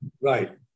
Right